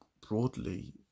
broadly